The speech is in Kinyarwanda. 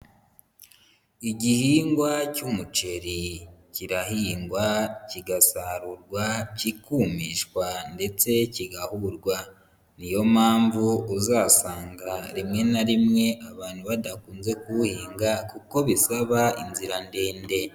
Igihingwa cy'umuceri kirahingwa kigasarurwa kikumishwa ndetse kigahurwa, niyo mpamvu uzasanga rimwe na rimwe abantu badakunze kuwuhinga kuko bisaba inzira ndende.